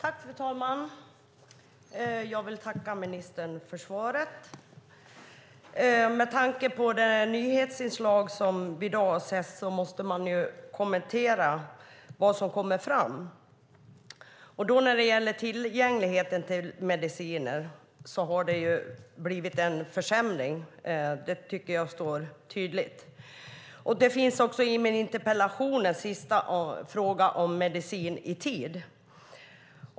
Fru talman! Jag vill tacka ministern för svaret. Med tanke på nyhetsinslaget i dag måste man kommentera vad som kommer fram. När det gäller tillgängligheten till mediciner har det blivit en försämring. Det tycker jag står tydligt. I min interpellation har jag en sista fråga om medicin i tid.